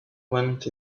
went